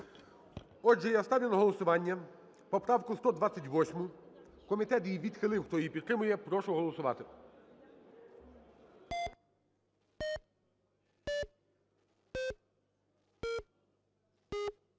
Отже, я ставлю на голосування поправку 128. Комітет її відхилив. Хто її підтримує, прошу голосувати.